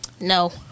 No